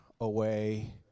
away